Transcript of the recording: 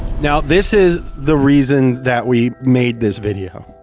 now this is the reason that we made this video,